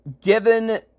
given